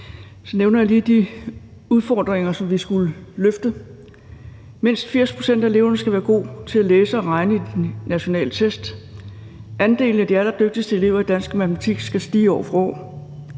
så nævner jeg lige de udfordringer, som vi skulle løfte: Mindst 80 pct. af eleverne skal være gode til at læse og regne i de nationale test; andelen af de allerdygtigste elever i dansk og matematik skal stige år for